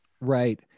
Right